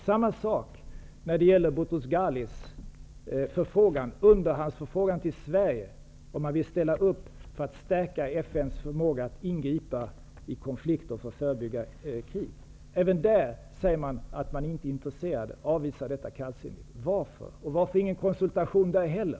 Samma sak när det gäller Boutros Ghalis underhandsförfrågan till Sverige om man ville ställa upp för att stärka FN:s förmåga att ingripa i konflikter för att förebygga krig. Även där säger man att man inte är intresserad och avvisar kallsinnigt detta. Varför? Och varför ingen konsultation där heller?